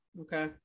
Okay